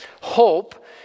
hope